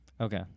Okay